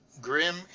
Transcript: grim